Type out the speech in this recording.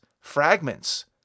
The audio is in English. fragments